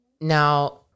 now